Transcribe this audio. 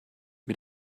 mit